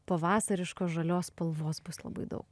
pavasariškos žalios spalvos bus labai daug